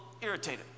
irritated